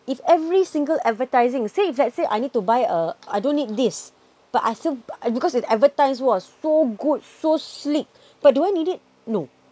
if every single advertising say if let's say I need to buy err I don't need this but I still because it advertise was so good so sleek but do I need it no